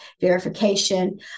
verification